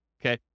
okay